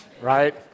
right